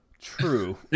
true